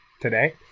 today